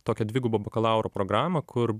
tokią dvigubą bakalauro programą kur